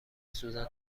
سوزن